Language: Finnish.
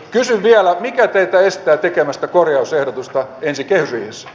mikä teitä estää tekemästä korjausehdotusta ensi kehysriihessä